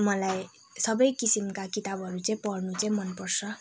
मलाई सबै किसिमका किताबहरू चाहिँ पढ्नु चाहिँ मनपर्छ